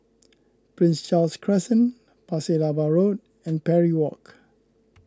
Prince Charles Crescent Pasir Laba Road and Parry Walk